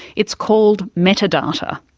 it's called metadata.